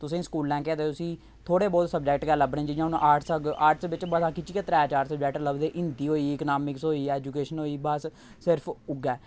तुसें गी स्कूलें च केह् आखदे उस्सी थोह्ड़े बोह्त सब्जैक्ट गै लभने जि'यां हून आर्ट्स आर्ट्स बिच्च मसां खिच्चियै त्रै चार सब्जैक्ट लभदे हिंदी होई इक्नोमिक्स होई एजुकेशन होई बस सिर्फ उ'ऐ